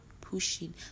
pushing